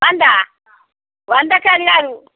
వందా వందకు అది రాదు